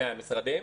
מהמשרדים?